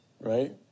right